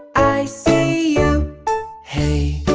i see you hey,